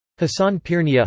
hassan pirnia